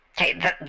okay